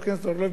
יש